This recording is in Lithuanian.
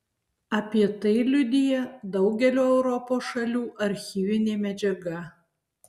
apie tai liudija daugelio europos šalių archyvinė medžiaga